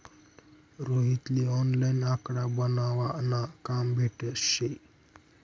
रोहित ले ऑनलाईन आकडा बनावा न काम भेटेल शे